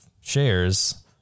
shares